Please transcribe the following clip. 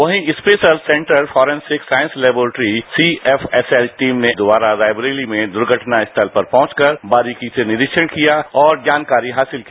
वहीं special centre forensic साइस laboratory CFSL team ने दोबारा रायबरेली में दुर्घटना स्थल पर पहुंचकर बारीकी से निरीक्षण किया और जानकारी हासिल की